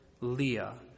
Leah